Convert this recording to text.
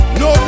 no